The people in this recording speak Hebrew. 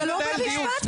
כאן זה לא בית משפט.